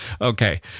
Okay